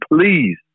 please